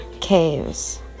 Caves